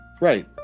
right